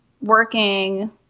working